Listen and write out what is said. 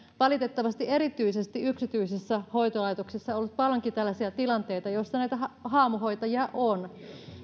valitettavasti erityisesti yksityisissä hoitolaitoksissa ollut paljonkin tällaisia tilanteita joissa näitä haamuhoitajia on